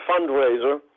fundraiser